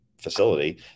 facility